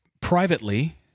privately